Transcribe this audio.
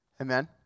amen